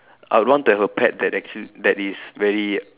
I would want to have a pet that actually that is very